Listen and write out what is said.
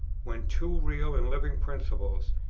when two real and living principles,